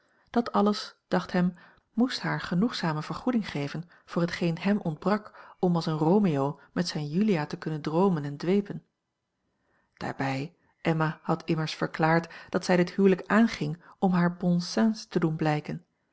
dat alles dacht hem moest haar genoegzame vergoeding geven voor hetgeen hem ontbrak om als een romeo met zijne julia te kunnen droomen en dwepen daarbij emma had immers verklaard dat zij dit huwelijk aanging om haar bon sens te doen blijken